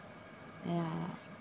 ya